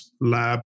lab